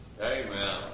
Amen